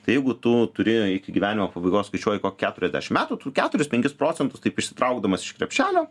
tai jeigu tu turi iki gyvenimo pabaigos skaičiuoji kokius keturiasdešimt metų tu keturis penkis procentus taip išsitraukdamas iš krepšelio